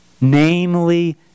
namely